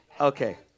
Okay